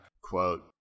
quote